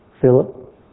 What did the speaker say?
Philip